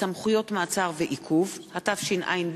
(סמכויות מעצר ועיכוב), התשע"ב